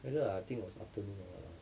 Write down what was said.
weather I think was afternoon or [what] lah